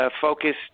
focused